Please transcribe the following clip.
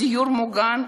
בדיור המוגן,